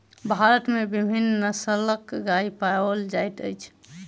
भारत में विभिन्न नस्लक गाय पाओल जाइत अछि